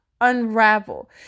unravel